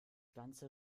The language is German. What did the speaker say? ganze